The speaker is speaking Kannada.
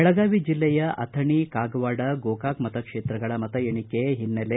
ಬೆಳಗಾವಿ ಜಿಲ್ಲೆಯ ಅಥಣಿ ಕಾಗವಾಡ ಗೋಕಾಕ ಮತ ಕ್ಷೇತ್ರಗಳ ಮತ ಎಣಿಕೆ ಹಿನ್ನೆಲೆ